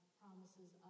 promises